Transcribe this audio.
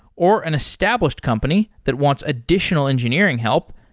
or an established company that wants additional engineering help,